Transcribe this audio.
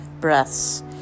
breaths